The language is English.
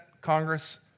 Congress